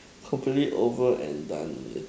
hopefully over and done with